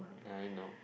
ya you know